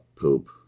poop